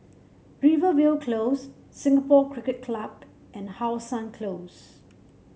Rivervale Close Singapore Cricket Club and How Sun Close